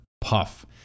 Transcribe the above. puff